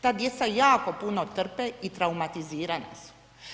Ta djeca jako puno trpe i traumatizirana su.